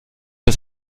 das